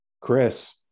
Chris